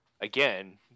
again